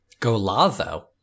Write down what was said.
golazo